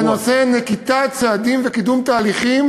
היא בנושא נקיטת צעדים וקידום תהליכים